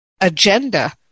agenda